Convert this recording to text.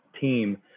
team